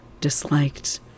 disliked